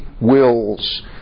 wills